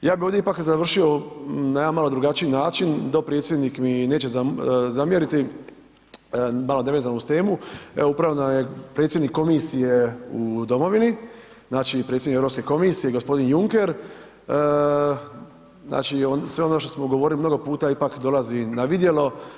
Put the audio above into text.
Ja bih ovdje ipak završio na jedan malo drugačiji način, dopredsjednik mi neće zamjeriti malo nevezano uz temu, evo upravo nam je predsjednik komisije u domovini, znači predsjednik Europske komisije gospodin Juncker, znači sve ono što smo govorili mnogo puta ipak dolazi na vidjelo.